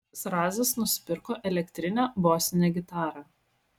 zrazas nusipirko elektrinę bosinę gitarą